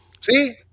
See